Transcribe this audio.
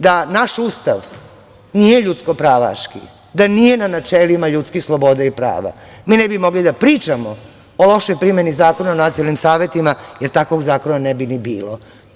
Da naš Ustav nije ljudsko pravaški, da nije na načelima ljudskih sloboda i prava, mi ne bi mogli da pričamo o lošoj primeni Zakona o nacionalnim savetima, jer takvog zakona ne bi ni bilo.